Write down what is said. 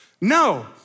No